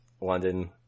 London